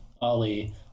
Ali